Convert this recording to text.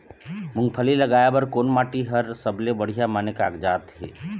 मूंगफली लगाय बर कोन माटी हर सबले बढ़िया माने कागजात हे?